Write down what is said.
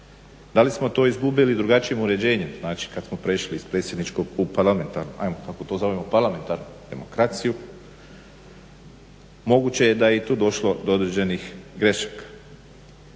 Da li smo to izgubili drugačijim uređenjem, znači kad smo prešli iz predsjedničkog u parlamentarnu, hajmo kako to zovemo parlamentarnu demokraciju moguće je da je i tu došlo do određenih grešaka.